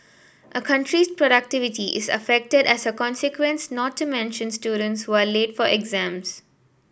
a country's productivity is affected as a consequence not to mention students who are late for exams